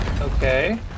Okay